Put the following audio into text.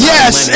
Yes